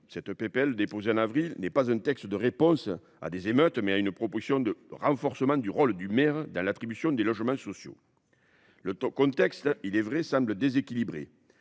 de loi déposée en avril est non une réponse aux émeutes, mais une proposition de renforcement du rôle du maire dans l’attribution de logements sociaux. Le contexte, il est vrai, semble déséquilibré